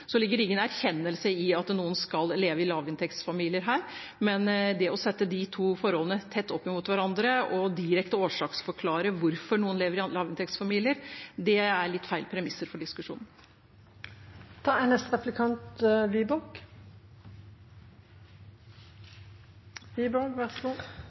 ingen erkjennelse av at noen skal leve i lavinntektsfamilier. Det å sette de to forholdene tett opp imot hverandre og direkte årsaksforklare hvorfor noen lever i lavinntektsfamilier, er litt feil premisser for diskusjonen. Det er